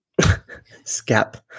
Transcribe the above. Scap